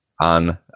on